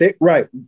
right